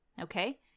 okay